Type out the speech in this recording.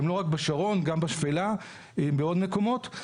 הם לא רק בשרון, גם בשפלה, בעוד מקומות.